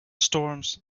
storms